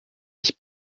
ich